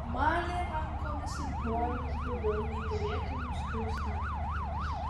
malė rankomis ir kojomis guviau nei derėtų nuskriaustajam